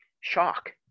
shock